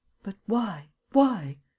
but why? why?